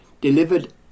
Delivered